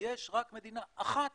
יש רק מדינה אחת